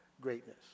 greatness